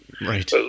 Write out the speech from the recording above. Right